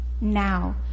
now